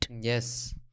Yes